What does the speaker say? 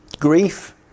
Grief